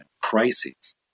crises